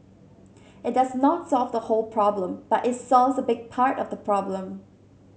it does not solve the whole problem but it solves a big part of the problem